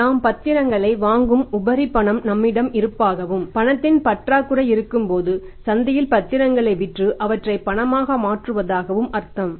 எனவே நாம் பத்திரங்களை வாங்கும் உபரி பணம் நம்மிடம் இருப்பதாகவும் பணத்தின் பற்றாக்குறை இருக்கும்போது சந்தையில் பத்திரங்களை விற்று அவற்றை பணமாக மாற்றுவதாகவும் அர்த்தம்